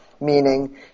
meaning